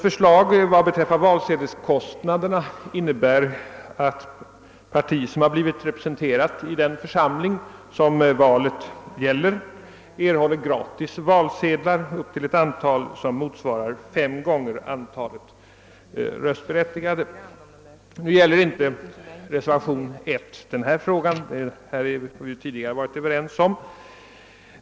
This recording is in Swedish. Vad beträffar valsedelskostnaderna innebär propositionen att parti, som blivit representerat i den församling som valet gäller, gratis erhåller valsedlar upp till ett antal som motsvarar fem gånger antalet röstberättigade. Nu avser reservationen 1 inte den frågan som vi tidigare har varit överens om.